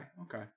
okay